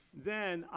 then,